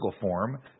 form